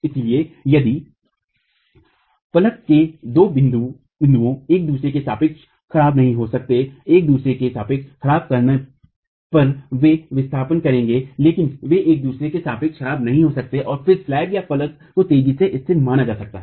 इसलिए यदि फलक के दो बिंदु एक दूसरे के सापेक्ष ख़राब नहीं हो सकते हैं एक दूसरे के सापेक्ष ख़राब करना पर वे विस्थापित करेंगे लेकिन वे एक दूसरे के सापेक्ष ख़राब नहीं हो सकते हैं फिर स्लैबफलक को तेजी से स्थिर माना जा सकता है